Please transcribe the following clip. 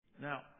Now